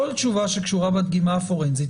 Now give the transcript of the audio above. כל תשובה שקשורה בדגימה הפורנזית,